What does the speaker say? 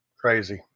crazy